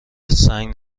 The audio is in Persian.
سنگ